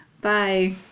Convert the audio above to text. Bye